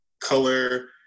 color